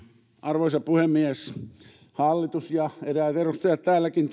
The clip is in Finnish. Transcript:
arvoisa puhemies tuntuu että hallitus ja eräät edustajat täälläkin